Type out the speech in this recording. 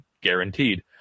guaranteed